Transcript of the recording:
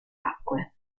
acque